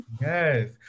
Yes